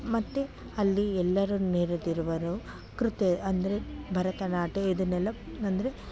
ಮತ್ತು ಅಲ್ಲಿ ಎಲ್ಲರು ನೆರೆದಿರುವರು ಕೃತೆ ಅಂದರೆ ಭರತನಾಟ್ಯ ಇದನ್ನೆಲ್ಲ ಅಂದರೆ